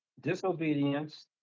disobedience